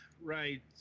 Right